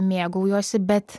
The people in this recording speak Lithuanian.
mėgaujuosi bet